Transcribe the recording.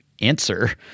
answer